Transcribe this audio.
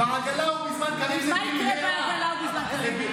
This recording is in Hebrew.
"בעגלא ובזמן קריב" זה במהרה ובזמן קרוב.